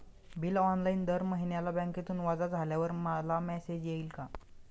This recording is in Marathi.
बिल ऑनलाइन दर महिन्याला बँकेतून वजा झाल्यावर मला मेसेज येईल का?